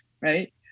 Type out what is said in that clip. right